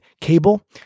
cable